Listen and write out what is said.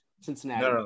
Cincinnati